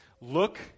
Look